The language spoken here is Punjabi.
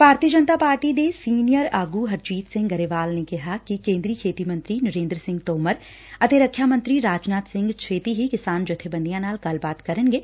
ਭਾਰਤੀ ਜਨਤਾ ਪਾਰਟੀ ਦੇ ਸੀਨੀਅਰ ਆਗੂ ਹਰਜੀਤ ਸਿੰਘ ਗਰੇਵਾਲ ਨੇ ਕਿਹਾ ਕਿ ਕੇਂਦਰੀ ਖੇਤੀ ਮੰਤਰੀ ਨਰਿੰਦਰ ਸਿੰਘ ਤੋਮਰ ਅਤੇ ਰੱਖਿਆ ਮੰਤਰੀ ਰਾਜਨਾਥ ਸਿੰਘ ਛੇਤੀ ਹੀ ਕਿਸਾਨ ਜੱਥੇਬੰਦੀ ਨਾਲ ਗੱਲਬਾਤ ਕਰਨਗੇ